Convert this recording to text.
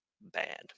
bad